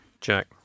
Jack